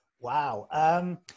Wow